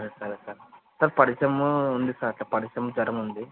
సరే సరే sir sir పడిశం ఉంది సార్ అంటే పడిశం జ్వరం ఉంది